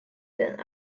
than